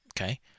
Okay